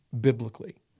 biblically